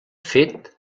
fet